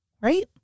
right